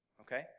Okay